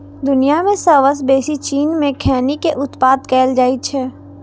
दुनिया मे सबसं बेसी चीन मे खैनी के उत्पादन कैल जाइ छै